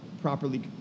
properly